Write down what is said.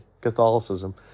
Catholicism